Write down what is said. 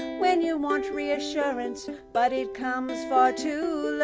when you want reassurance, but it comes far too